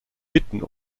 bitten